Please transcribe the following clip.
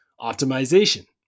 Optimization